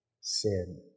sin